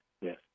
Yes